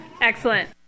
Excellent